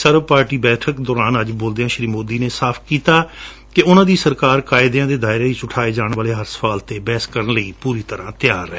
ਸਰਬ ਪਾਰਟੀ ਬੈਠਕ ਦੌਰਾਨ ਅੱਜ ਬੋਲਦਿਆਂ ਸ਼ੀ ਸੋਦੀ ਨੇ ਸਾਫ ਕੀਤਾ ਕਿ ਉਨ੍ਹਾਂ ਦੀ ਸਰਕਾਰ ਕਾਇਦਿਆਂ ਦੇ ਦਾਇਰੇ ਵਿੱਚ ਉਠਾਏ ਜਾਣ ਵਾਲੇ ਹਰ ਸਵਾਲ ਤੇ ਬਹਿਸ ਕਰਣ ਨੂੰ ਤਿਆਰ ਹੈ